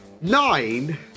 nine